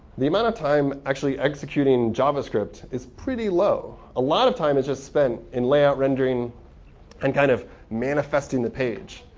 the amount of time actually executing javascript is pretty low. a lot of time is just spent in layout rendering and kind of manifesting the page.